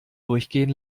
durchgehen